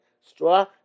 straw